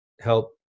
help